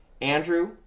Andrew